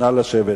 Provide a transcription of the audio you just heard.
נא לשבת.